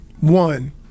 One